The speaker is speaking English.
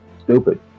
stupid